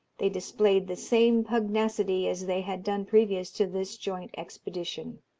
they displayed the same pugnacity as they had done previous to this joint expedition.